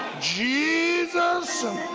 Jesus